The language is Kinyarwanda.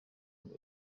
ngo